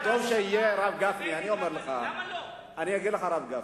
למה אתה כופה עלי?